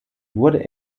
wurde